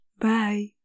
bye